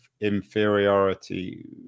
inferiority